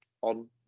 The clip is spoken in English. on